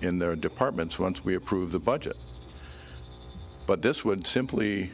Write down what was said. in their departments once we approve the budget but this would simply